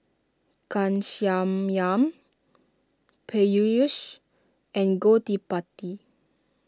Ghanshyam Peyush and Gottipati